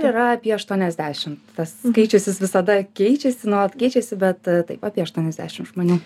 yra apie aštuoniasdešimt tas skaičius jis visada keičiasi nuolat keičiasi bet e taip apie aštuoniasdešimt žmonių